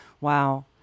Wow